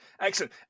Excellent